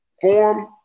form